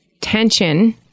tension